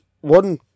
one